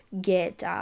get